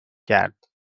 کرد